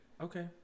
Okay